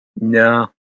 No